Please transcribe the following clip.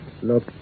Look